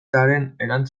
erantzunak